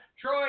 Troy